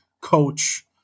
coach